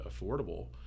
affordable